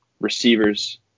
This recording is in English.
receivers